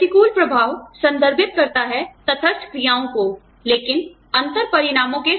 प्रतिकूल प्रभाव संदर्भित करता है तटस्थ क्रियाओं को लेकिन अंतर परिणामों के साथ